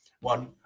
one